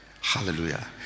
Hallelujah